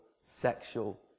sexual